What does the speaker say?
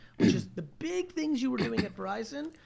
which is the big things you were doing at verizon.